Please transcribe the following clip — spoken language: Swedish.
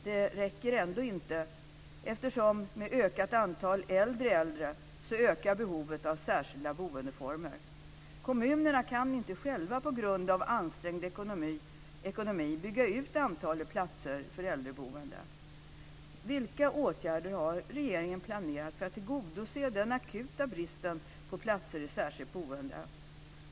Det räcker inte, eftersom behovet av särskilda boendeformer ökar med ett ökat antal äldre äldre. Kommunerna kan på grund av en ansträngd ekonomi inte själva bygga ut antalet platser för äldreboende. Vilka åtgärder har regeringen planerat för att komma till rätta med den akuta bristen på platser i särskilt boende?